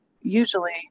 usually